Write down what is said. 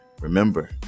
remember